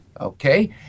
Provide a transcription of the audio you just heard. okay